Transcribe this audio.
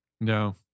No